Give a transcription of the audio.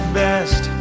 best